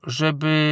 żeby